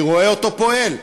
אני רואה אותו פועל,